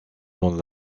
dans